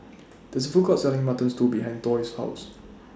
This Food Court Selling Mutton Stew behind Doyle's House